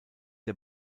der